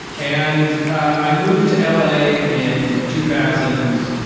and i moved to l a. in two thousand